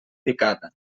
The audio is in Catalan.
picada